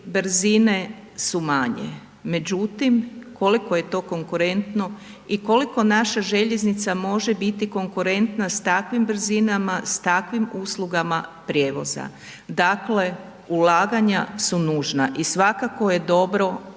brzine su manje. Međutim, koliko je to konkurentno i koliko naša željeznica može biti konkurentna s takvim brzinama, s takvim uslugama prijevoza? Dakle ulaganja su nužna i svakako je dobro